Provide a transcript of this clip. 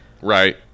Right